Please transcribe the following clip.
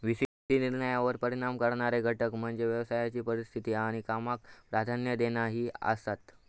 V सी निर्णयांवर परिणाम करणारे घटक म्हणजे व्यवसायाची परिस्थिती आणि कामाक प्राधान्य देणा ही आसात